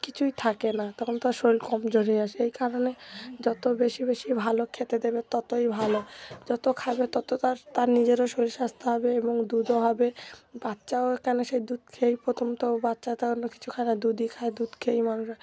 কিছুই থাকে না তখন তার শরীর কমজোরি হয়ে আসে সেই কারণে যত বেশি বেশি ভালো খেতে দেবে ততই ভালো যত খাবে তত তার তার নিজেরও শরীর স্বাস্থ্য হবে এবং দুধও হবে বাচ্চাও এখানে সেই দুধ খেয়েই প্রথম তো বাচ্চা তো অন্য কিছু খায় না দুধই খায় দুধ খেয়েই মানুষ হয়